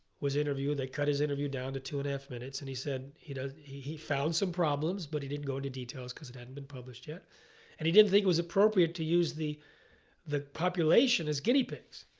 was interviewed. they cut his interview down to two and a half minutes and he said he does he he found some problems, but he didn't go to details because it hadn't been published yet and he didn't think it was appropriate to use the the population as guinea pigs.